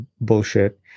bullshit